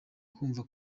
kumva